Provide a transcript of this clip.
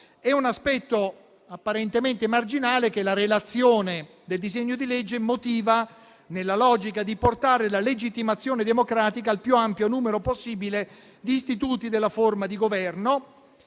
È un aspetto apparentemente marginale, che la relazione del disegno di legge emotiva nella logica di portare la legittimazione democratica al più ampio numero possibile di istituti della forma di governo,